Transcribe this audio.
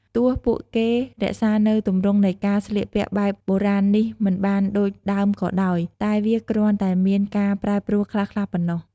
ទោះពួកគេរក្សានូវទម្រង់នៃការស្លៀកពាក់បែបបុរាណនេះមិនបានដូចដើមក៏ដោយ តែវាគ្រាន់តែមានការប្រែប្រួលខ្លះៗប៉ុណ្ណោះ។